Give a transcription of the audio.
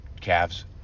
calves